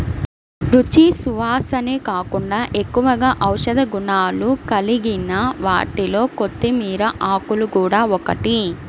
రుచి, సువాసనే కాకుండా ఎక్కువగా ఔషధ గుణాలు కలిగిన వాటిలో కొత్తిమీర ఆకులు గూడా ఒకటి